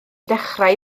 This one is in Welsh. dechrau